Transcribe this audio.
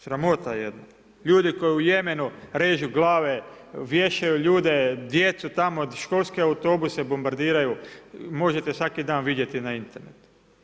Sramota jedna, ljudi koji u Jemenu režu glave, vješaju ljude, djecu tamo, školske autobuse bombardiraju, možete svaki dan vidjeti na internetu.